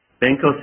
Banco